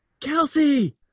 kelsey